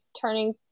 turning